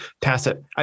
tacit